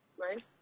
right